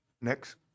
Next